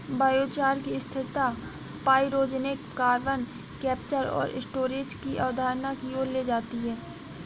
biochar की स्थिरता pyrogenic carbon capture और स्टोरेज की अवधारणा की ओर ले जाती है